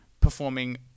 performing